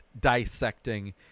dissecting